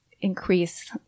increase